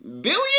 billion